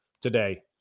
today